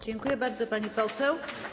Dziękuję bardzo, pani poseł.